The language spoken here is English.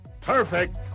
Perfect